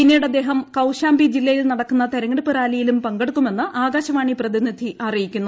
പിന്നീടദ്ദേഹം കൌശാംബി ജില്ലയിൽ നടക്കുന്ന തിരഞ്ഞെ ടുപ്പ് റാലിയിലും പങ്കെടുക്കുമെന്ന് ആകാശവാണി പ്രതി നിധി അറിയിക്കുന്നു